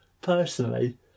personally